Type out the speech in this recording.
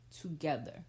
together